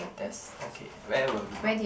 that's okay where were we